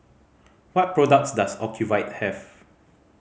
what products does Ocuvite have